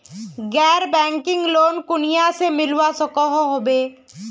गैर banking loan कुनियाँ से मिलवा सकोहो होबे?